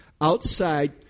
outside